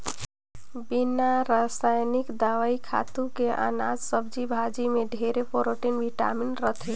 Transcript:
बिना रसइनिक दवई, खातू के अनाज, सब्जी भाजी में ढेरे प्रोटिन, बिटामिन रहथे